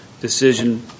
decision